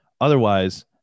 otherwise